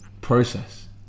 process